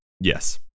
Yes